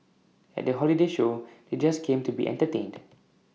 at the holiday show they just came to be entertained